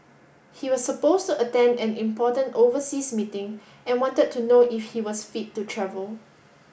he was supposed to attend an important overseas meeting and wanted to know if he was fit to travel